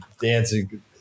dancing –